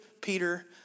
Peter